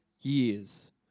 years